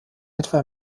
etwa